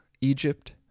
Egypt